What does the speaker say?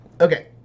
Okay